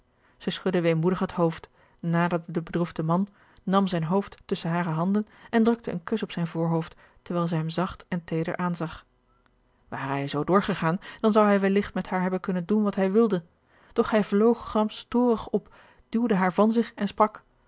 zij schudde weemoedig het hoofd naderde den bedroefden man nam zijn hoofd tusschen hare handen en drukte een kus op zijn voorhoofd terwijl zij hem zacht en teeder aanzag ware hij zoo doorgegaan dan zou hij welligt met haar hebben kunnen doen wat hij wilde doch hij vloog gramstorig op duwde haar van zich af en sprak